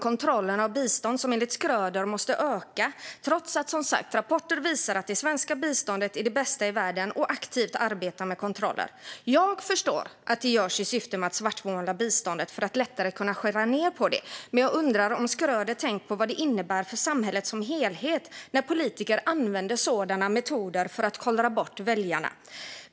Kontrollen av bistånd måste enligt Schröder öka, trots att rapporter visar att det svenska biståndet är det bästa i världen och att man aktivt arbetar med kontroller. Jag förstår att det görs i syfte att svartmåla biståndet för att lättare kunna skära ned på det. Men jag undrar om Schröder tänkt på vad det innebär för samhället som helhet när politiker använder sådana metoder för att kollra bort väljarna.